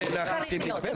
מה זה צריך להיות?